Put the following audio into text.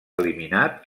eliminat